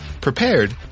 prepared